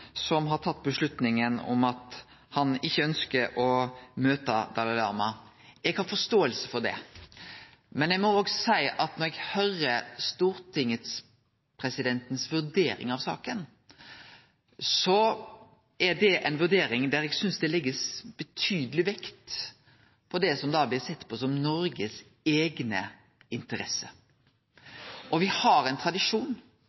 som har tatt avgjerda om at han ikkje ønskjer å møte Dalai Lama. Eg har forståing for det. Men eg må òg seie at når eg høyrer stortingspresidentens vurdering av saka, er det ei vurdering der eg synest det blir lagt betydeleg vekt på det som da blir sett på som Noregs eigne